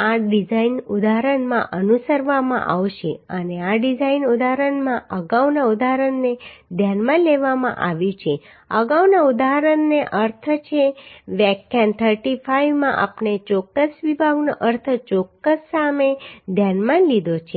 આ ડિઝાઇન ઉદાહરણમાં અનુસરવામાં આવશે અને આ ડિઝાઇન ઉદાહરણમાં અગાઉના ઉદાહરણને ધ્યાનમાં લેવામાં આવ્યું છે અગાઉના ઉદાહરણનો અર્થ છે વ્યાખ્યાન 35 માં આપણે ચોક્કસ વિભાગનો અર્થ ચોક્કસ સામે ધ્યાનમાં લીધો છે